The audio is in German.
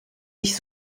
nicht